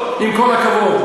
העובדות, עם כל הכבוד.